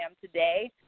today